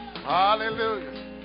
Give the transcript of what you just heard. Hallelujah